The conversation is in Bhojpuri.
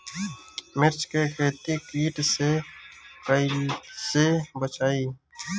मिर्च के खेती कीट से कइसे बचाई?